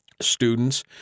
students